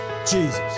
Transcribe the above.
Jesus